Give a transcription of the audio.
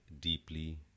deeply